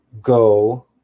go